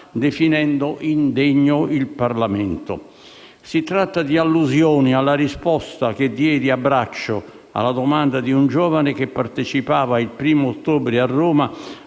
definendo indegno il Parlamento». Si tratta di allusioni alla risposta che diedi a braccio alla domanda di un giovane che, il 1° ottobre